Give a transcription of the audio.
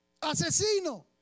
Asesino